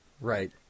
Right